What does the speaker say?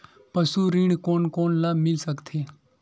पशु ऋण कोन कोन ल मिल सकथे?